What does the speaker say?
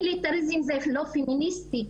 מיליטריזם זה לא פמיניסטי,